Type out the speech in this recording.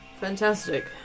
Fantastic